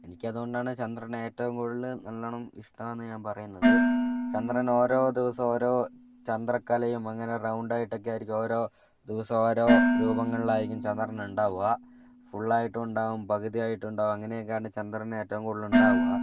എനിക്ക് അതുകൊണ്ടാണ് ചന്ദ്രനെ ഏറ്റവും കൂടുതൽ നല്ലോണം ഇഷ്ടമാണെന്ന് ഞാൻ പറയുന്നത് ചന്ദ്രൻ ഓരോ ദിവസവും ഓരോ ചന്ദ്രക്കലയും അങ്ങനെ റൗണ്ടായിട്ടൊക്കെ ആയിരിക്കും ഓരോ ദിവസവും ഓരോ രൂപങ്ങളിലായിരിക്കും ചന്ദ്രൻ ഉണ്ടാവുക ഫുള്ളായിട്ടും ഉണ്ടാവും പകുതിയായിട്ട് ഉണ്ടാവും അങ്ങനെയൊക്കെയാണ് ചന്ദ്രൻ ഏറ്റവും കൂടുതൽ ഉണ്ടാവുക